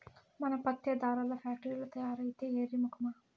మన పత్తే దారాల్ల ఫాక్టరీల్ల తయారైద్దే ఎర్రి మొకమా